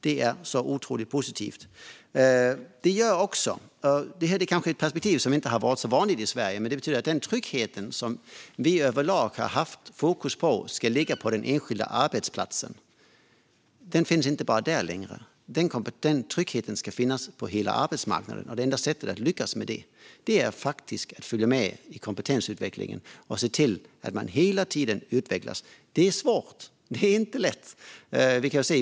Det är otroligt positivt. Detta är kanske ett perspektiv som inte har varit så vanligt i Sverige. Vi har överlag haft fokus på att tryggheten ska ligga på den enskilda arbetsplatsen. Det här betyder att den inte längre ska finnas bara där. Tryggheten ska finnas på hela arbetsmarknaden. Det enda sättet att lyckas med detta är faktiskt att följa med i kompetensutvecklingen och se till att man hela tiden utvecklas. Det är svårt. Det är inte lätt.